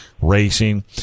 racing